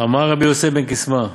"אמר רבי יוסי בן קסמא: